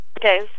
Okay